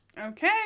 Okay